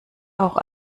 auch